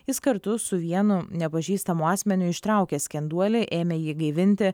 jis kartu su vienu nepažįstamu asmeniu ištraukė skenduolį ėmė jį gaivinti